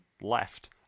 left